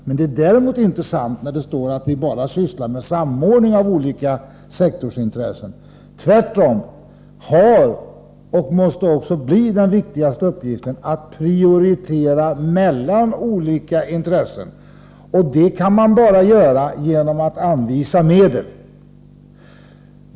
Däremot är det inte sant när det står att "1 bara sysslar med samordning av olika sektorsintressen. Tvärtom har det varit och måste också bli den viktigaste uppgiften att prioritera mellan olika intressen, och det kan man göra bara genom att anvisa medel.